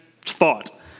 thought